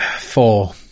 Four